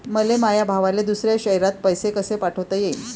मले माया भावाले दुसऱ्या शयरात पैसे कसे पाठवता येईन?